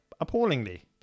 appallingly